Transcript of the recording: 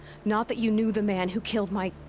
not that you knew the man who killed my.